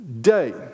day